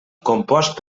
compost